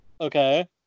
okay